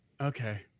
Okay